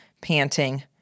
panting